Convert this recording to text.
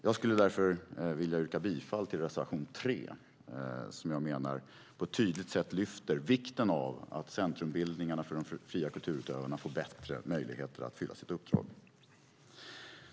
Jag skulle därför vilja yrka bifall till reservation 3, som jag menar på ett tydligt sätt lyfter fram vikten av att centrumbildningarna för de fria kulturutövarna får bättre möjligheter att uppfylla sitt uppdrag.